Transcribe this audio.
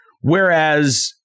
Whereas